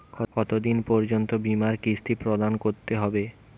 কতো দিন পর্যন্ত বিমার কিস্তি প্রদান করতে হবে?